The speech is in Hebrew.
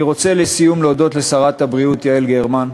לסיום, אני רוצה להודות לשרת הבריאות יעל גרמן.